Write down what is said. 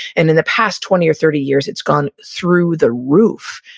and in the past twenty or thirty years, it's gone through the roof.